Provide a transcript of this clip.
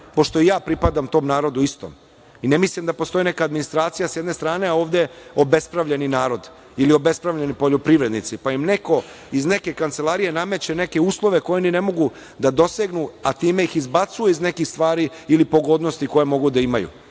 pošto i ja pripadam tom istom narodu. I ne mislim da postoji neka administracija sa jedne strane, a ovde obespravljeni narod ili obespravljeni poljoprivrednici, pa im neko iz neke kancelarije nameće neke uslove koje oni ne mogu da dosegnu, a time ih izbacuje iz nekih stvari ili pogodnosti koje mogu da imaju. Ja